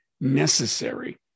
necessary